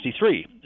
1963